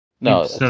No